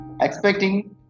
expecting